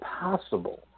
possible